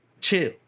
chill